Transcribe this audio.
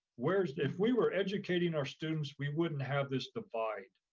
whereas if we were educating our students, we wouldn't have this divide.